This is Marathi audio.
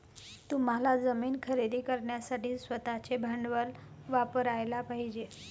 तुम्हाला जमीन खरेदी करण्यासाठी स्वतःचे भांडवल वापरयाला पाहिजे